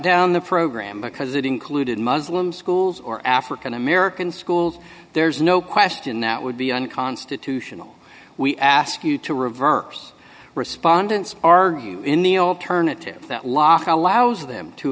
down the program because it included muslim schools or african american schools there's no question that would be unconstitutional we ask you to reverse respondents are in the alternative that law allows them to